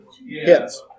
Yes